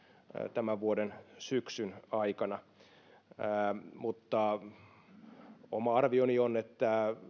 tämän vuoden syksyn aikana oma arvioni on että